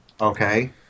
Okay